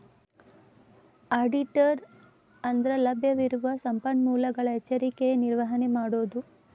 ಆಡಿಟರ ಅಂದ್ರಲಭ್ಯವಿರುವ ಸಂಪನ್ಮೂಲಗಳ ಎಚ್ಚರಿಕೆಯ ನಿರ್ವಹಣೆ ಮಾಡೊದು